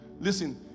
listen